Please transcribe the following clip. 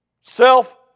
self